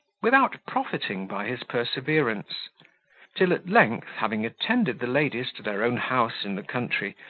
without profiting by his perseverance till, at length, having attended the ladies to their own house in the country,